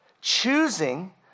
choosing